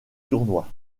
tournoi